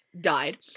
died